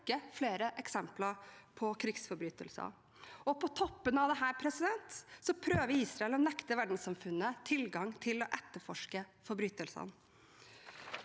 er altså en rekke eksempler på krigsforbrytelser. På toppen av dette prøver Israel å nekte verdenssamfunnet tilgang til å etterforske forbrytelsene.